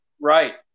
right